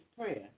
prayer